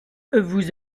vous